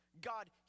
God